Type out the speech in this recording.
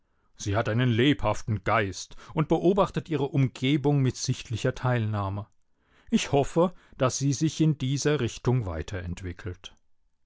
sie hat einen lebhaften geist und beobachtet ihre umgebung mit sichtlicher teilnahme ich hoffe daß sie sich in dieser richtung weiterentwickelt